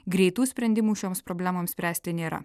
greitų sprendimų šioms problemoms spręsti nėra